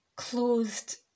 closed